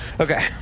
Okay